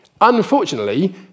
Unfortunately